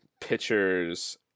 pitchers